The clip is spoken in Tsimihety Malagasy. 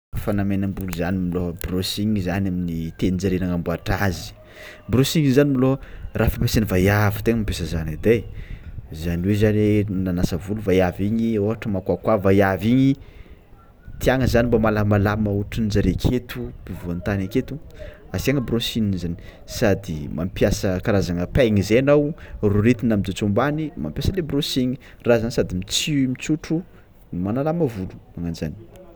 Fanamenam-bolo zany brôshiny zany amin'ny tegninjareo nanagnamboatra azy, brôshiny zany môlô raha fampiasain'ny vaiavy tegna mampiasa zany edy e zany hoe zareo nanasa volo vaiavy igny ôhatra makoakoa o vaiavy igny tiagna zany mbô malamalama otranjareo aketo ampovoatany aketo asiagna brôshiny zany sady mampiasa karazagna peigne egnao rotina mijotso ambany no mampiasa le brôshina raha zany sady mitso- mitsotro manalama volo mananzany.